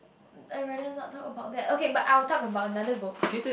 I rather not talk about that okay but I will talk about another book